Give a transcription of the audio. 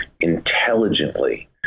intelligently